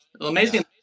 amazing